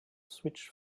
switch